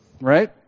right